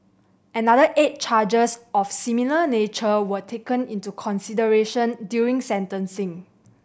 another eight charges of a similar nature were taken into consideration during sentencing